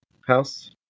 house